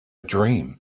dream